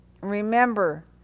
Remember